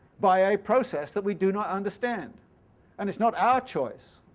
by a process that we do not understand and it's not our choice,